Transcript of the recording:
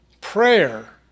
prayer